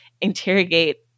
interrogate